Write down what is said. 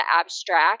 abstract